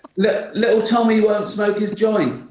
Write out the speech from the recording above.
little little tommy won't smoke his joint.